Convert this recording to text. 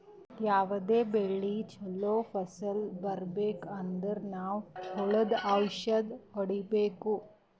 ಯಾವದೇ ಬೆಳಿ ಚೊಲೋ ಫಸಲ್ ಬರ್ಬೆಕ್ ಅಂದ್ರ ನಾವ್ ಹುಳ್ದು ಔಷಧ್ ಹೊಡಿಬೇಕು